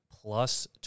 plus